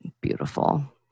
beautiful